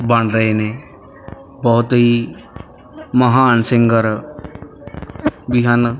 ਬਣ ਰਹੇ ਨੇ ਬਹੁਤ ਹੀ ਮਹਾਨ ਸਿੰਗਰ ਵੀ ਹਨ